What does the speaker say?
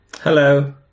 Hello